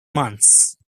months